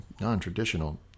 non-traditional